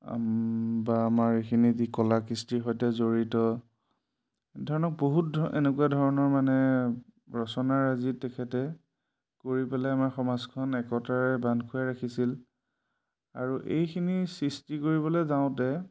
বা আমাৰ এইখিনি যি কলা কৃষ্টিৰ সৈতে জড়িত ধৰণৰ বহুত এনেকুৱা ধৰণৰ মানে ৰচনাৰাজি তেখেতে কৰি পেলাই আমাৰ সমাজখন একতাৰে বান্ধ খুৱাই ৰাখিছিল আৰু এইখিনি সৃষ্টি কৰিবলৈ যাওঁতে